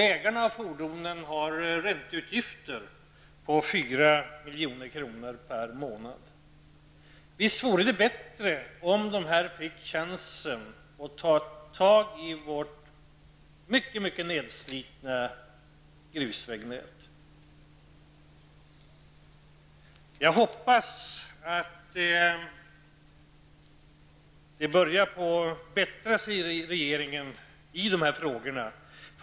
Ägarna av fordonen har ränteutgifter på 4 milj.kr. per månad. Visst vore det bättre om dessa chaufförer fick chansen att ta itu med det mycket nedslitna grusvägnätet. Jag hoppas att regeringen har börjat bättra sig när det gäller dessa frågor.